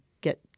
get